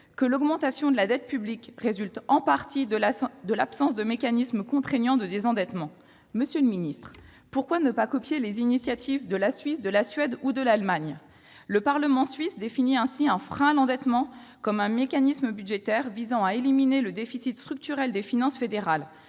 que « l'augmentation de la dette publique résulte en partie de l'absence de mécanismes contraignants de désendettement ». Monsieur le ministre, pourquoi ne pas copier les initiatives de la Suisse, de la Suède ou de l'Allemagne ? Le Parlement suisse a ainsi défini un frein à l'endettement, mécanisme budgétaire visant à éliminer le déficit structurel des finances fédérales.